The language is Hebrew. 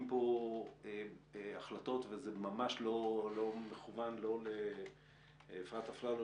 פה החלטות וזה ממש לא מכוון לא לאפרת אפללו,